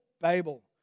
Babel